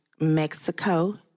Mexico